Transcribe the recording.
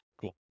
Cool